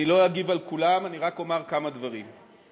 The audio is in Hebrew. לא אגיב על כולם, רק אומר כמה דברים.